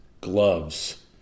Gloves